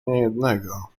niejednego